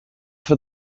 for